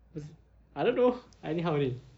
was it I don't know I anyhow only